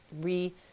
re-